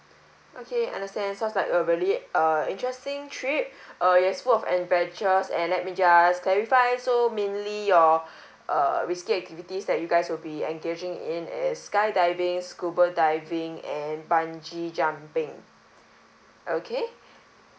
okay understand sounds like a really uh interesting trip uh is full of adventures and let me just clarify so mainly your err risky activities that you guys will be engaging in is sky diving scuba diving and bungee jumping okay